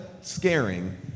scaring